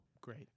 Great